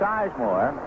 Sizemore